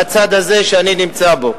בצד הזה, שאני נמצא בו,